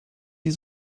die